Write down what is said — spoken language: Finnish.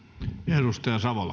arvoisa